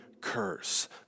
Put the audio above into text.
curse